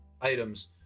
items